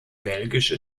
belgische